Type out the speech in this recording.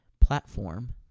platform